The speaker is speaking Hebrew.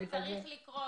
אבל זה צריך לקרות.